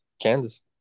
Kansas